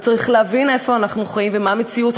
אבל צריך להבין איפה אנחנו חיים ומה מציאות